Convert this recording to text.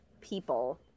people